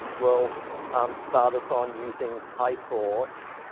will start us on using pytorch.